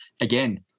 again